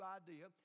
idea